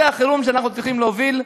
זה החירום שאנחנו צריכים להוביל.